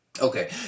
Okay